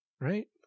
right